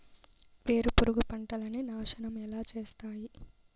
వేరుపురుగు పంటలని నాశనం ఎలా చేస్తాయి?